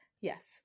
Yes